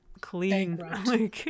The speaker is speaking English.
clean